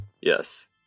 Yes